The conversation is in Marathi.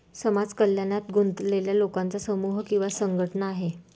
समाज कल्याणात गुंतलेल्या लोकांचा समूह किंवा संघटना आहे